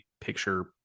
picture